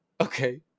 okay